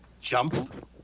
jump